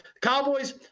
Cowboys